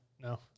No